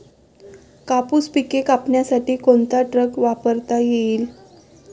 कापूस पिके कापण्यासाठी कोणता ट्रॅक्टर वापरता येईल?